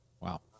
Wow